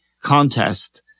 contest